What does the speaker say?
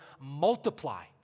multiply